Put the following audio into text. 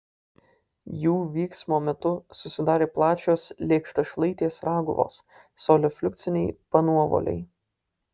jų vyksmo metu susidarė plačios lėkštašlaitės raguvos solifliukciniai panuovoliai